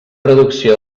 reducció